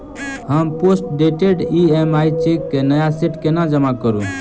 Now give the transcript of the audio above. हम postdated EMI cheque केँ नया सेट केना जमा करू?